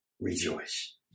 Rejoice